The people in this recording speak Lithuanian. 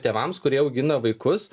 tėvams kurie augina vaikus